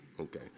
okay